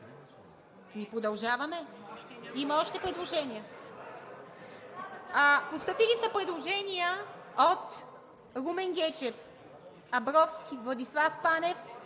Продължаваме, има още предложения. Постъпили са предложения от Румен Гечев, Пламен Абровски, Владислав Панев,